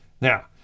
Now